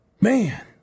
Man